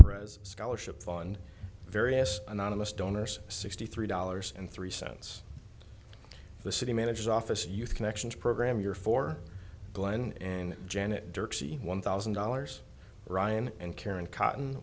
pres scholarship fund various anonymous donors sixty three dollars and three cents the city managers office youth connections program your for glenn and janet dirks one thousand dollars ryan and karen cotton